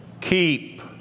keep